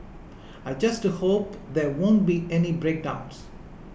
I just hope there won't be any breakdowns